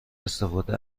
استفاده